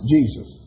Jesus